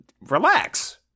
relax